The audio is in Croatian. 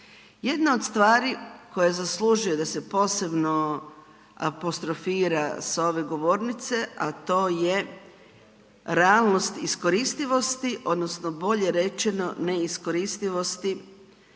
Jedna od stvari koje zaslužuje da se posebno apostrofira s ove govornice, a to je realnost iskoristivosti, odnosno bolje rečeno neiskoristivosti